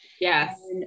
Yes